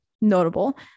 notable